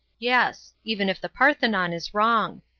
yes even if the parthenon is wrong.